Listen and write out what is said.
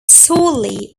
solely